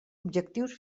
objectius